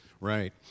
Right